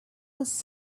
was